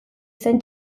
zen